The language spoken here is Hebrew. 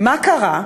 מה קרה?